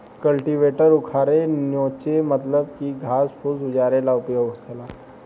cultivator उखारे नोचे मतलब की घास फूस उजारे ला उपयोग होखेला